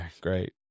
great